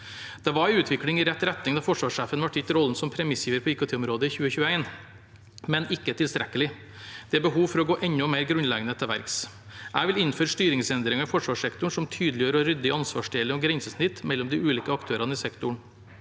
Det var en utvikling i rett retning da forsvarssjefen ble gitt rollen som premissgiver på IKT-området i 2021, men ikke tilstrekkelig. Det er behov for å gå enda mer grunnleggende til verks. Jeg vil innføre styringsendringer i forsvarssektoren som tydeliggjør og rydder i ansvarsdeling og grensesnitt mellom de ulike aktørene i sektoren.